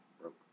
broke